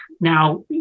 Now